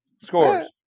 scores